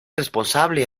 responsable